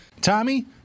Tommy